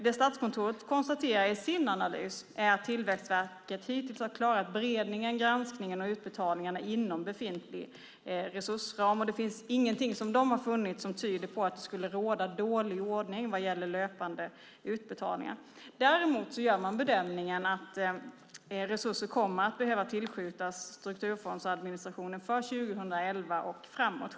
I sin analys konstaterar Statskontoret att Tillväxtverket hittills har klarat beredningen, granskningen och utbetalningarna inom befintlig resursram. De har inte funnits någonting som tyder på att det skulle råda dålig ordning vad gäller löpande utbetalningar. Däremot gör man bedömningen att resurser kommer att behöva tillskjutas strukturfondsadministrationen för 2011 och framåt.